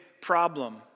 problem